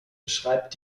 beschreibt